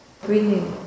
Breathing